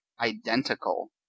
identical